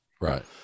Right